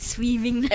Swimming